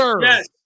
yes